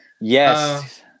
Yes